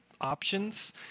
options